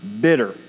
bitter